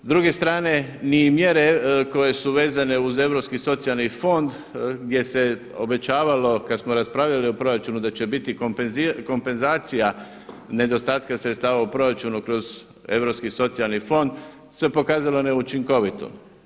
S druge strane ni mjere koje su vezane uz Europski socijalni fond gdje se obećavalo kada smo raspravljali o proračunu da će biti kompenzacija nedostatka sredstava u proračunu kroz Europski socijalni fond se pokazalo neučinkovito.